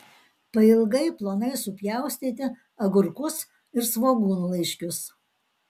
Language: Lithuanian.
pailgai plonai supjaustyti agurkus ir svogūnlaiškius